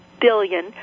billion